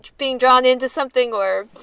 being drawn into something or.